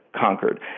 conquered